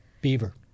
Beaver